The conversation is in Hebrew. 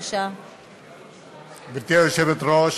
גברתי היושבת-ראש,